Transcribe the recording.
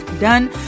done